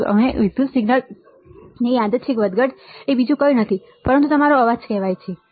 અને વિદ્યુત સિગ્નલની આ યાદચ્છિક વધઘટ એ બીજું કંઈ નથી પરંતુ તમારો અવાજ કહેવાય બરાબર